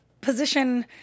position